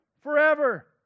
forever